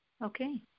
Okay